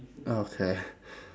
okay